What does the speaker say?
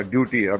Duty